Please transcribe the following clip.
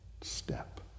step